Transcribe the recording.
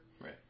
Right